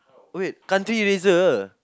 wait country eraser